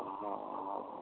हाँ हाँ